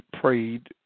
prayed